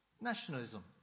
Nationalism